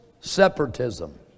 separatism